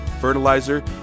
fertilizer